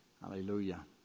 Hallelujah